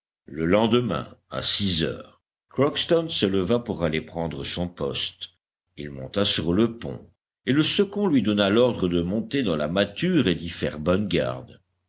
le lendemain à six heures crockston se leva pour aller prendre son poste il monta sur le pont et le second lui donna l'ordre de monter dans la mâture et d'y faire bonne garde